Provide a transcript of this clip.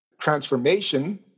Transformation